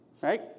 Right